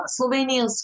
Slovenians